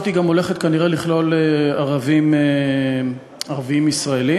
היוונית, שהיו מגיעים לכיכר העיר ומרימים ידיים,